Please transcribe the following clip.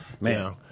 man